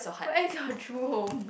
where is your true home